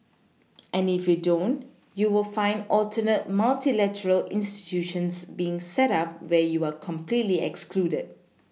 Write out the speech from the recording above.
and if you don't you will find alternate multilateral institutions being set up where you are completely excluded